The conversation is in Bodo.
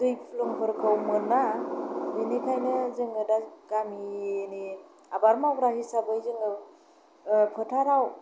दै फुलुंफोरखौ मोना बेनिखायनो जोङो दा गामिनि आबाद मावग्रा हिसाबै जोङो फोथाराव